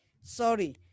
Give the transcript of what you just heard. Sorry